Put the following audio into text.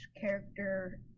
character